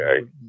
okay